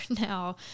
now